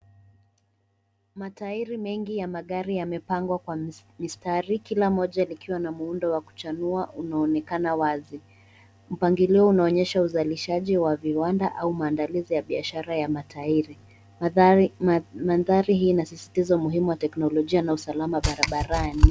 Matairi mengi ya magari yamepangwa kwa mistari kila mmoja likiwa na muundo wa kuchanua unaonekana wazi. Mpangilio unaonyesha uzalishaji wa viwanda au maandalizi ya biashara ya matairi. Mandhari hii inasisitiza umuhimu wa teknolojia na usalama barabarani.